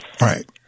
right